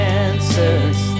answers